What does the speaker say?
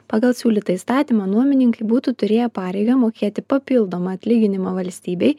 pagal siūlytą įstatymą nuomininkai būtų turėję pareigą mokėti papildomą atlyginimą valstybei